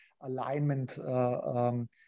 alignment